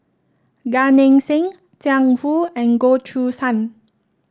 Gan Eng Seng Jiang Hu and Goh Choo San